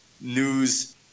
news